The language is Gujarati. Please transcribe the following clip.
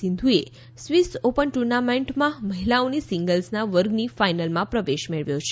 સિંધુએ સ્વીસ ઓપન ટુર્નામેન્ટમાં મહિલાઓની સીંગ્લસના વર્ગની ફાઇનલમાં પ્રવેશ મેળવ્યો છે